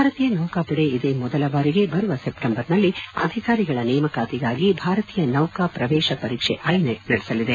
ಭಾರತೀಯ ನೌಕಾಪಡೆ ಇದೇ ಮೊದಲ ಬಾರಿಗೆ ಬರುವ ಸೆಪ್ಲೆಂಬರ್ನಲ್ಲಿ ಅಧಿಕಾರಿಗಳ ನೇಮಕಾತಿಗಾಗಿ ಭಾರತೀಯ ನೌಕಾ ಪ್ರವೇಶ ಪರೀಕ್ಷೆ ಐನೆಟ್ ನಡೆಸಲಿದೆ